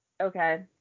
Okay